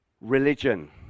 religion